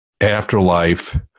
afterlife